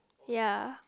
ya